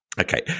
Okay